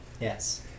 Yes